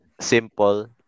simple